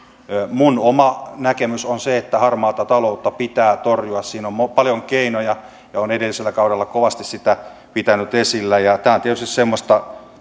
minun oma näkemykseni on että harmaata taloutta pitää torjua siinä on paljon keinoja ja olen edellisellä kaudella kovasti sitä pitänyt esillä tämä on tietysti semmoista